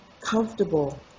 comfortable